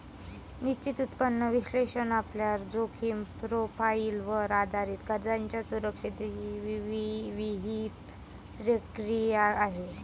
निश्चित उत्पन्न विश्लेषण आपल्या जोखीम प्रोफाइलवर आधारित कर्जाच्या सुरक्षिततेची विहित प्रक्रिया आहे